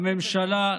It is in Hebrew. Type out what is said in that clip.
הממשלה,